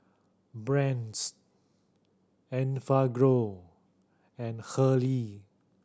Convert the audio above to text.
Brand's Enfagrow and Hurley